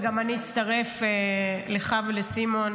גם אני אצטרף אליך ואל סימון,